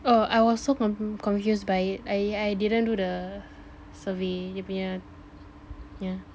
oh I was so con~ confused by it I I didn't do the survey dia punya yeah